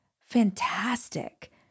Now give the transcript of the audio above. fantastic